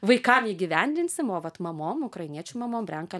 vaikam įgyvendinsim o vat mamom ukrainiečių mamom renka